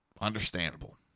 Understandable